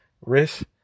risk